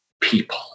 people